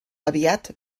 aviat